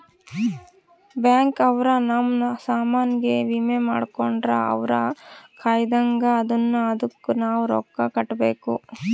bank ಅವ್ರ ನಮ್ ಸಾಮನ್ ಗೆ ವಿಮೆ ಮಾಡ್ಕೊಂಡ್ರ ಅವ್ರ ಕಾಯ್ತ್ದಂಗ ಅದುನ್ನ ಅದುಕ್ ನವ ರೊಕ್ಕ ಕಟ್ಬೇಕು